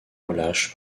relâche